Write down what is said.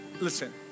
listen